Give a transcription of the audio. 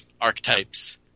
archetypes